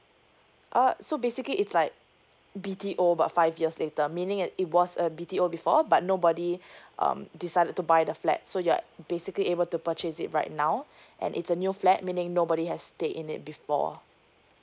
uh so basically it's like B_T_O but five years later meaning at it was a B_T_O before but nobody um decided to buy the flat so you're basically able to purchase it right now and it's a new flat meaning nobody has stay in it before